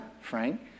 Frank